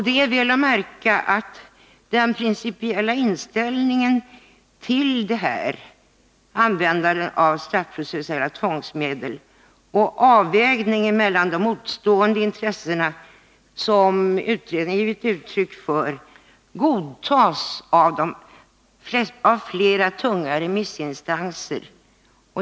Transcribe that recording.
Det är att märka att den principiella inställningen till användandet av straffprocessuella tvångsmedel, och avvägningen mellan de motstående intressena som utredningen gett uttryck för, godtas av flera tunga remissinstanser.